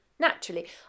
naturally